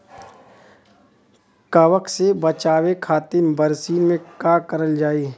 कवक से बचावे खातिन बरसीन मे का करल जाई?